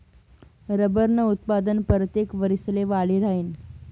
रबरनं उत्पादन परतेक वरिसले वाढी राहीनं